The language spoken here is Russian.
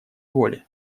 воли